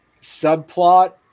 subplot